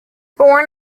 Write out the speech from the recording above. born